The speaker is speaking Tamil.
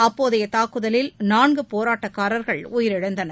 அப்போதைய தாக்குதலில் நான்கு போராட்டக்காரர்கள் உயிரிழந்தனர்